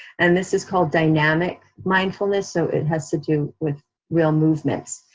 and this is called dynamic mindfulness so it has to do with real movements.